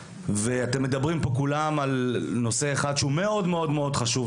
וכולכם מדברים על נושא אחד שהוא מאוד מאוד מאוד חשוב,